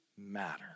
matter